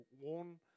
worn